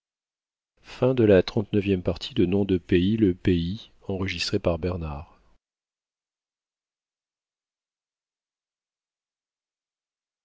le roi de le